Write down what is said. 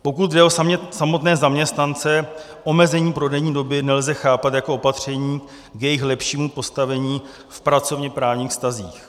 Pokud jde o samotné zaměstnance, omezení prodejní doby nelze chápat jako opatření v jejich lepším postavení v pracovněprávních vztazích.